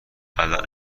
الان